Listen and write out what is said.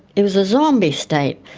it was a zombie state.